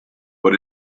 but